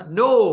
no